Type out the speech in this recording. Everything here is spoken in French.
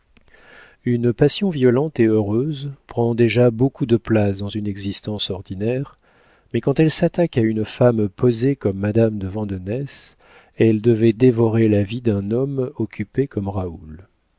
une passion violente et heureuse prend déjà beaucoup de place dans une existence ordinaire mais quand elle s'attaque à une femme posée comme madame de vandenesse elle devait dévorer la vie d'un homme occupé comme raoul